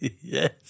Yes